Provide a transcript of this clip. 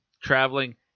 traveling